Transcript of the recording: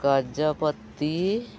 Gajapati